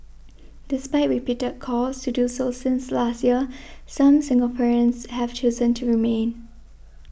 despite repeated calls to do so since last year some Singaporeans have chosen to remain